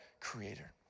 creator